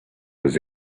was